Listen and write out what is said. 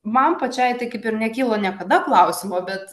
man pačiai tai kaip ir nekilo niekada klausimo bet